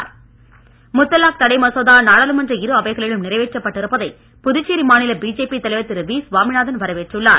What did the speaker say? சாமிநாதன் முத்தலாக் தடை மசோதா நாடாளுமன்ற இரு அவைகளிலும் நிறைவேற்றப்பட்டிருப்பதை புதுச்சேரி மாநில பிஜேபி தலைவர் திரு வி சுவாமிநாதன் வரவேற்றுள்ளார்